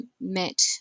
met